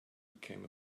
became